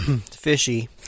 fishy